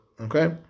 Okay